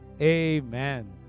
amen